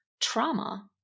Trauma